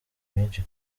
myinshi